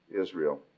Israel